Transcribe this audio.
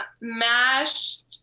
Mashed